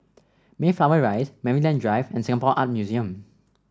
Mayflower Rise Maryland Drive and Singapore Art Museum